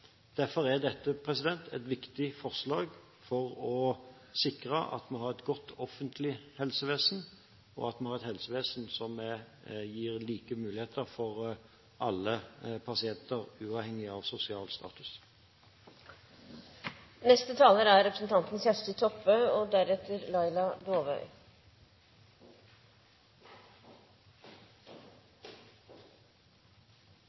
Derfor er dette et viktig forslag for å sikre at vi har et godt offentlig helsevesen, og at vi har et helsevesen som gir like muligheter for alle pasienter, uavhengig av sosial